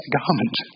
garment